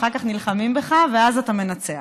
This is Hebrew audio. אחר כך נלחמים בך ואז אתה מנצח.